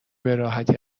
براحتی